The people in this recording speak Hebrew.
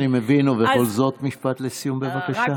אני מבין, ובכל זאת משפט לסיום, בבקשה.